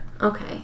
Okay